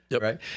Right